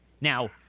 now